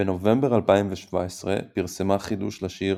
בנובמבר 2017 פרסמה חידוש לשיר